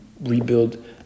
rebuild